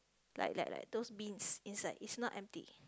like like like those beans inside it's not empty